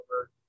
over